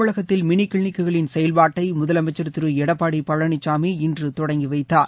தமிழகத்தில் mini clinic களின் செயல்பாட்டை முதலமைச்சர் திரு எடப்பாடி பழனிசாமி இன்று தொடங்கி வைத்தார்